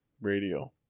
radio